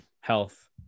health